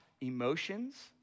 Emotions